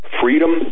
freedom